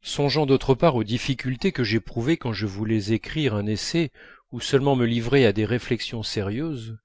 songeant d'autre part aux difficultés que j'éprouvais quand je voulais écrire un essai ou seulement me livrer à des réflexions sérieuses